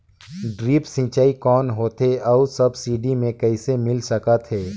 Drip सिंचाई कौन होथे अउ सब्सिडी मे कइसे मिल सकत हे?